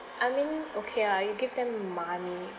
I mean okay lah you give them money